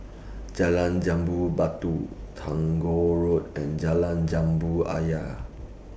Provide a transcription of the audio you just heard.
Jalan Jambu Batu Road and Jalan Jambu Ayer